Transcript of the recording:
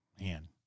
Man